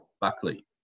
Buckley